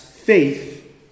Faith